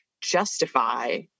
justify